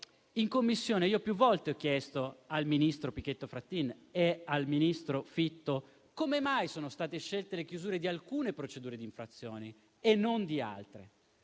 in Commissione più volte ho chiesto al ministro Pichetto Fratin e al ministro Fitto come mai sia stata scelta la chiusura di alcune procedure di infrazione e non di altre.